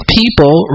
people